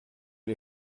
les